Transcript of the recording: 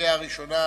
הקריאה הראשונה